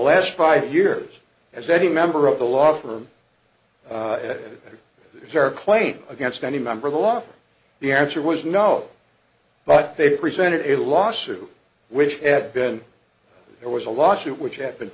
last five years as any member of the law firm did kara claim against any member of the law for the answer was no but they presented a lawsuit which had been there was a lawsuit which had been